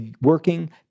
working